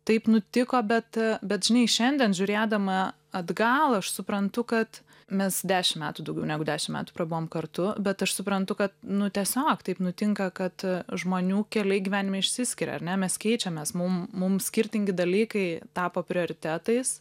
taip nutiko bet bet žinai šiandien žiūrėdama atgal aš suprantu kad mes dešim metų daugiau negu dešim metų prabuvom kartu bet aš suprantu kad nu tiesiog taip nutinka kad žmonių keliai gyvenime išsiskiria ar ne mes keičiamės mum mums skirtingi dalykai tapo prioritetais